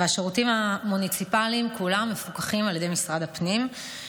והשירותים המוניציפליים כולם מפוקחים על ידי משרד הפנים.